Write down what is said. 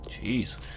Jeez